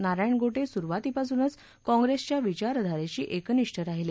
नारायण गोटे सुरुवातीपासून काँप्रेसच्या विचारधारेशी एकनिष्ठ राहिले